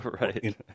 Right